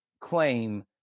claim –